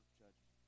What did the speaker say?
judgment